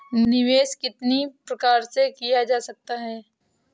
निवेश कितनी प्रकार से किया जा सकता है?